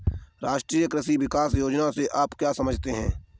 राष्ट्रीय कृषि विकास योजना से आप क्या समझते हैं?